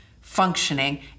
functioning